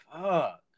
fuck